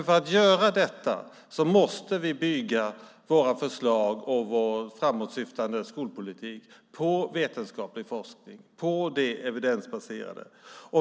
För att göra detta måste vi bygga våra förslag och vår framåtsyftande skolpolitik på vetenskaplig forskning och på det evidensbaserade.